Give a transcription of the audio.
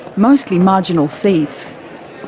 mostly marginal seats.